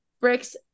bricks